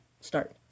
start